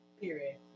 Period